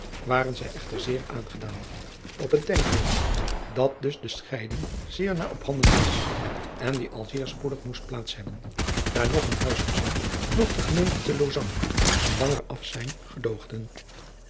waren zij echter zeer aangedaan op het denkbeeld dat dus de scheiding zeer na op handen was en die al zeer spoedig moest plaats hebben daar noch hun huisgeadriaan loosjes pzn het leven van maurits lijnslager zin noch de gemeente te lausanne een langer afzijn gedoogden